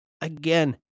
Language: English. Again